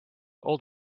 old